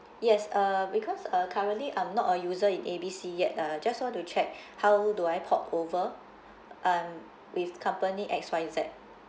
yes uh because uh currently I'm not a user in A B C yet uh just want to check how do I port over um with company X Y Z